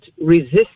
resist